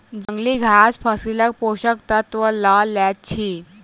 जंगली घास फसीलक पोषक तत्व लअ लैत अछि